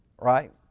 right